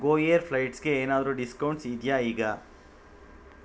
ಗೋ Air ಫ್ಲೈಟ್ಸ್ಗೆ ಏನಾದರೂ discounts ಇದೆಯಾ ಈಗ